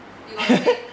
you will meh